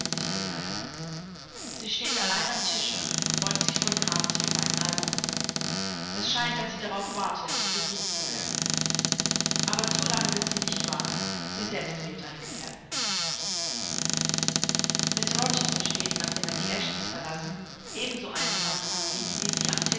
sich gesellen sie steht allein am tische und beugt sich voll grazie über ein album es scheint daß sie darauf wartet gesucht zu werden aber zu lange wird sie nicht warten sie selbst wählt einen gefährten mr rochester steht nachdem er die eshtons verlassen ebenso einsam am kamin wie sie am